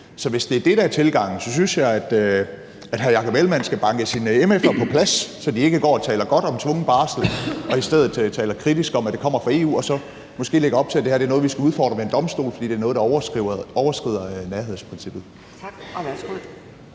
Så hvis det er det, der er tilgangen, så synes jeg, at hr. Jakob Ellemann-Jensen skal banke sine mf'er på plads, så de ikke går og taler godt om tvungen barsel, men i stedet taler kritisk om, at det kommer fra EU, og så måske lægge op til, at det her er noget, vi skal udfordre ved en domstol, fordi det er noget, der overskrider nærhedsprincippet. Kl. 10:32 Anden